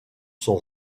sont